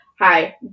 Hi